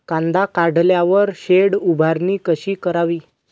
कांदा काढल्यावर शेड उभारणी कशी करावी?